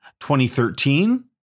2013